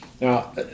Now